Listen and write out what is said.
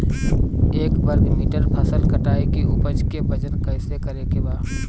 एक वर्ग मीटर फसल कटाई के उपज के वजन कैसे करे के बा?